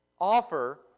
offer